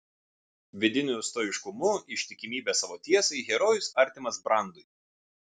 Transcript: vidiniu stoiškumu ištikimybe savo tiesai herojus artimas brandui